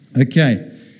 Okay